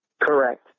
Correct